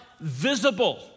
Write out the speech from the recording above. visible